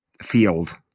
field